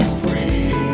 free